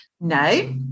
No